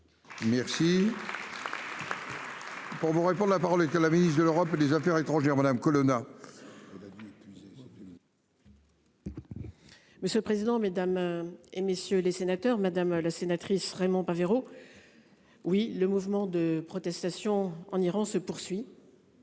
Merci. Pour vous répondre, la parole et que la ministre de l'Europe et des Affaires étrangères, madame Colonna. Il a dit épuisée. Monsieur le président, Mesdames. Et messieurs les sénateurs, madame la sénatrice Raimond Pavero. Oui, le mouvement de protestation en Iran se poursuit.